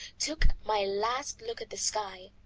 took my last look at the sky,